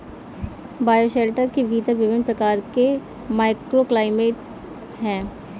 bioshelter के भीतर विभिन्न प्रकार के माइक्रोक्लाइमेट हैं